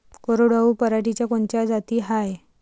कोरडवाहू पराटीच्या कोनच्या जाती हाये?